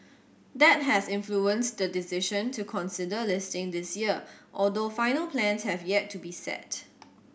that has influenced the decision to consider listing this year although final plans have yet to be set